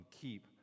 keep